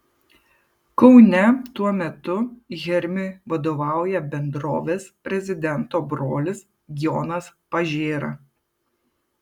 kaune tuo metu hermiui vadovauja bendrovės prezidento brolis jonas pažėra